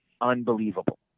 unbelievable